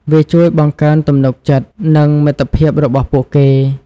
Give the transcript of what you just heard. វាជួយបង្កើនទំនុកចិត្ត និងមិត្តភាពរបស់ពួកគេ។